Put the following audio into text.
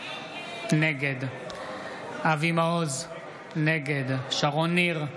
נגד אבי מעוז, נגד שרון ניר,